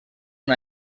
una